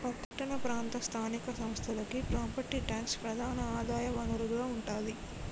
పట్టణ ప్రాంత స్థానిక సంస్థలకి ప్రాపర్టీ ట్యాక్సే ప్రధాన ఆదాయ వనరుగా ఉంటాది